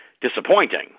disappointing